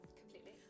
Completely